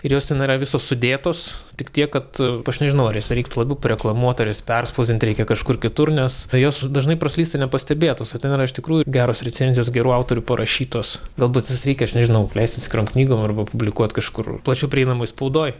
ir jos ten yra visos sudėtos tik tiek kad aš nežinau ar jas reiktų labiau pareklamuot ar jas perspausdint reikia kažkur kitur nes jos dažnai praslysta nepastebėtos o ten yra iš tikrųjų geros recenzijos gerų autorių parašytos galbūt jas reikia aš nežinau leist atskirom knygom arba publikuot kažkur plačiau prieinamoj spaudoj